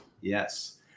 Yes